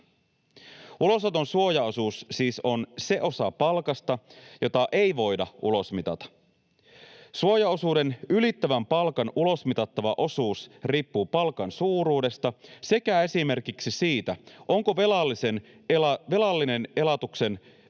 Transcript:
Ulosoton suojaosuus siis on se osa palkasta, jota ei voida ulosmitata. Suojaosuuden ylittävän palkan ulosmitattava osuus riippuu palkan suuruudesta sekä esimerkiksi siitä, onko velallisen elatuksen